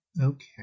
okay